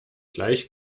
gleich